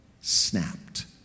snapped